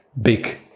big